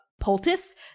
poultice